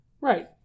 Right